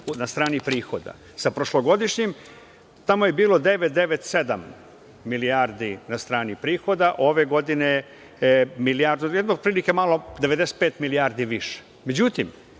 na strani prihoda sa prošlogodišnjim, tamo je bilo 997 milijardi na strani prihoda, a ove godine otprilike 95 milijardi više.